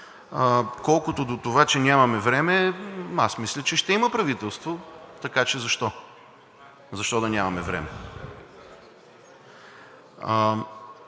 Колкото до това, че нямаме време, аз мисля, че ще има правителство, така че защо, защо да нямаме време?